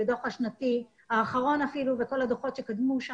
לדוח השנתי האחרון וכל הדוחות שקדמו לו,